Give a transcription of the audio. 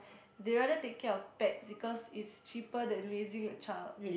they rather take care of pets because it's cheaper than raising a child